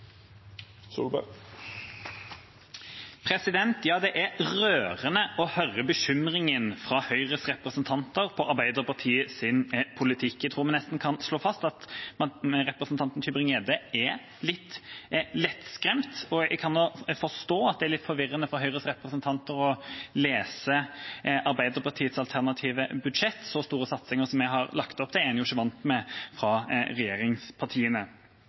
rørende å høre bekymringen fra Høyres representanter for Arbeiderpartiets politikk. Jeg tror vi nesten kan slå fast at representanten Mathilde Tybring-Gjedde er litt lettskremt. Jeg kan forstå at det er litt forvirrende for Høyres representanter å lese Arbeiderpartiets alternative budsjett. Så store satsinger som vi har lagt opp til, er man jo ikke vant med fra regjeringspartiene.